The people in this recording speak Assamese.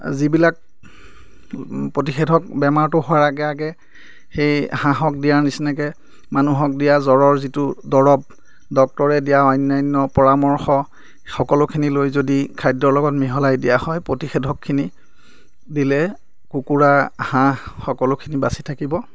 যিবিলাক প্ৰতিষেধক বেমাৰটো হোৱাৰ আগে আগে সেই হাঁহক দিয়াৰ নিচিনাকৈ মানুহক দিয়া জ্বৰৰ যিটো দৰৱ ডক্তৰে দিয়া অন্যান্য পৰামৰ্শ সকলোখিনি লৈ যদি খাদ্যৰ লগত মিহলাই দিয়া হয় প্ৰতিষেধকখিনি দিলে কুকুৰা হাঁহ সকলোখিনি বাচি থাকিব